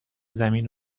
زمین